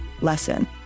lesson